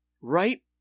right